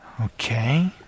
Okay